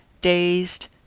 Dazed